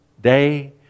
day